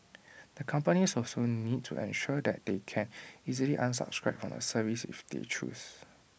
the companies also need to ensure that they can easily unsubscribe from the service if they choose